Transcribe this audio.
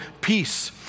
peace